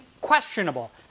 questionable